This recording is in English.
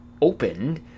opened